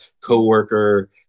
coworker